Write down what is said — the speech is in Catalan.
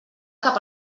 cap